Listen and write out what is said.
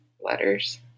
letters